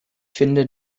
finde